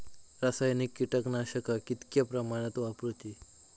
रासायनिक कीटकनाशका कितक्या प्रमाणात वापरूची?